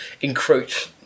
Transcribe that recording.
encroach